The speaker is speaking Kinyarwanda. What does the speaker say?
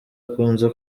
akunze